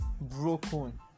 broken